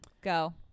Go